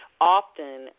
often